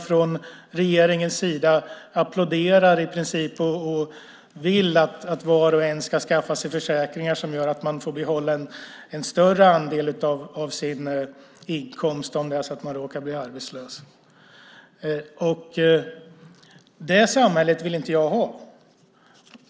Från regeringens sida applåderar man i princip och vill att var och en ska skaffa sig försäkringar som gör att man får behålla en större andel av sin inkomst om man råkar bli arbetslös. Det samhället vill inte jag ha.